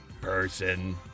person